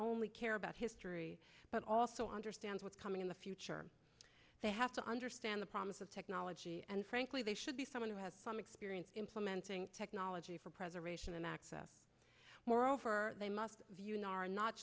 only care about history but also understands what's coming in the future they have to understand the promise of technology and frankly they should be someone who has some experience implementing technology for preservation and access moreover they must view in our not